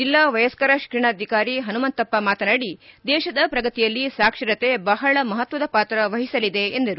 ಜಿಲ್ಲಾ ವಯಸ್ಕರ ಶಿಕ್ಷಣಾಧಿಕಾರಿ ಹನುಮಂತಪ್ಪ ಮಾತನಾಡಿ ದೇಶದ ಪ್ರಗತಿಯಲ್ಲಿ ಸಾಕ್ಷರತೆ ಬಹಳ ಮಹತ್ವದ ಪಾತ್ರ ವಹಿಸಲಿದೆ ಎಂದರು